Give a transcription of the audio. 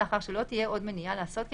לאחר שלא תהיה עוד מניעה לעשות כן,